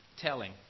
telling